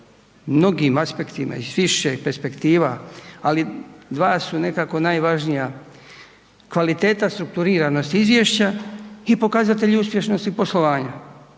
mnogim aspektom i s više perspektiva ali dva su nekako najvažnija. Kvaliteta strukturiranosti izvješća i pokazatelji uspješnosti poslovanja.